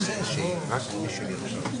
הדיבור.